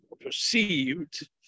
perceived